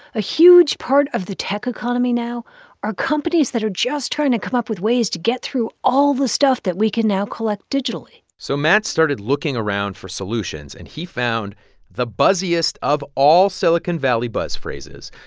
a huge part of the tech economy now are companies that are just trying to come up with ways to get through all the stuff that we can now collect digitally so matt started looking around for solutions, and he found the buzziest yeah of all silicon valley buzz phrases,